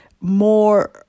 more